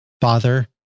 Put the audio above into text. Father